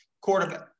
quarterback